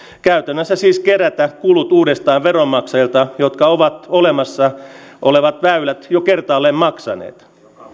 käytännössä siis kerätä kulut uudestaan veronmaksajilta jotka ovat olemassa olevat väylät jo kertaalleen maksaneet